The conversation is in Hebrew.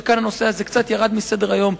שכאן הנושא הזה קצת ירד מסדר-היום,